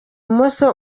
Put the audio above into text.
bumoso